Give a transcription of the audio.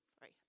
Sorry